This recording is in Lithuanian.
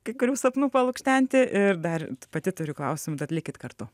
kai kurių sapnų palukštenti ir dar pati turi klausimų tad likit kartu